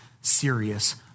serious